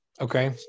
Okay